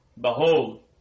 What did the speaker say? behold